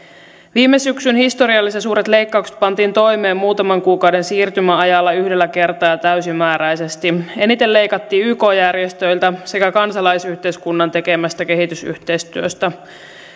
viime syksyn historiallisen suuret leikkaukset pantiin toimeen muutaman kuukauden siirtymäajalla yhdellä kertaa ja täysimääräisesti eniten leikattiin yk järjestöiltä sekä kansalaisyhteiskunnan tekemästä kehitysyhteistyöstä